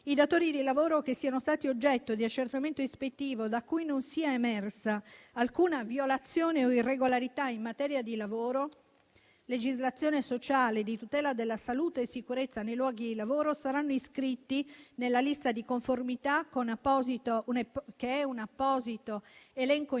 I datori di lavoro che siano stati oggetto di accertamento ispettivo, da cui non sia emersa alcuna violazione o irregolarità in materia di lavoro, legislazione sociale e di tutela della salute e sicurezza nei luoghi di lavoro, saranno iscritti nella lista di conformità, che è un apposito elenco informatico